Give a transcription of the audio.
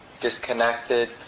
disconnected